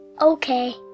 Okay